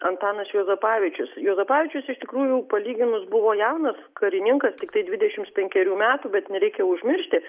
antanas juozapavičius juozapavičius iš tikrųjų palyginus buvo jaunas karininkas tiktai dvidešims penkerių metų bet nereikia užmiršti